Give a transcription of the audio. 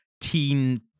teen